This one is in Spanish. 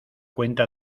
cuenta